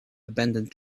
abandoned